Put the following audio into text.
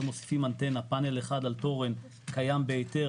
מוסיפים אנטנה פנל אחד על תורן קיים בהיתר,